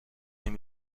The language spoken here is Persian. این